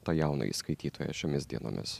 tą jaunąjį skaitytoją šiomis dienomis